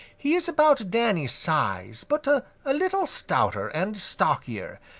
he is about danny's size, but a little stouter and stockier,